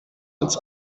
als